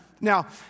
Now